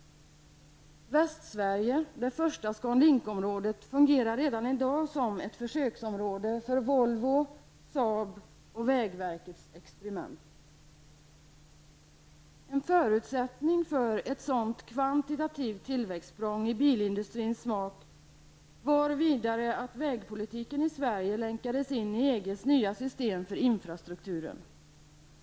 Västsverige -- det första ScanLink-området -- fungerar redan i dag som ett försöksområde för Volvo, Saab och vägverkets experiment. En förutsättning för ett sådant kvantitativt tillväxtsprång i bilindustrins smak var vidare att vägpolitiken i Sverige länkades in i EGs nya system för infrastrukturen.